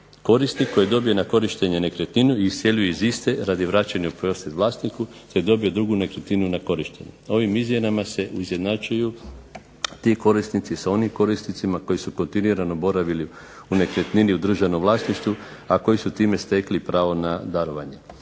korisnik koji dobije na korištenje nekretninu i iseljuje iz iste radi vraćanja u posjed vlasniku, te dobije drugu nekretninu na korištenje. Ovim izmjenama se izjednačuju ti korisnici sa onim korisnicima koji su kontinuirano boravili u nekretnini u državnom vlasništvu, a koji su time stekli pravo na darovanje.